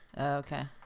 Okay